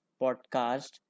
podcast